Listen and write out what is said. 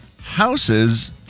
houses